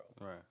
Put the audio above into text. Right